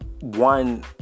one